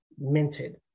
minted